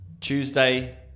Tuesday